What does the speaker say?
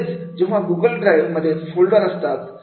म्हणजेच जेव्हा Google drive मध्ये फोल्डर असतात